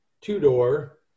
two-door